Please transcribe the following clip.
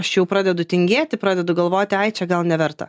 aš jau pradedu tingėti pradedu galvoti ai čia gal neverta